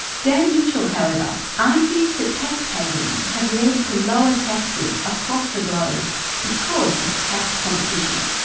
dan mitchell however, argues that tax havens have led to lower taxes across the globe because of tax competition.